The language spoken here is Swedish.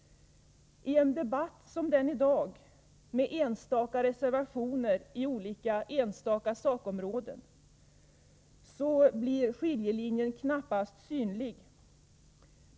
I en debatt som den i dag, med enstaka reservationer gällande olika enstaka sakområden, blir skiljelinjen knappast synlig.